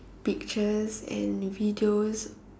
pictures and videos